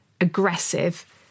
aggressive